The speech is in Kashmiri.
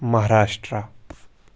مہاراسٹرٛا